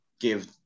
give